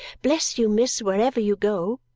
bless you, miss, wherever you go!